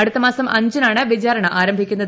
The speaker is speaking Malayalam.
അടുത്തമാസം അഞ്ചിനാണ് വിചാരണ ആരംഭിക്കുന്നത്